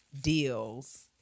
deals